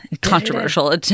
Controversial